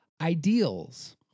Ideals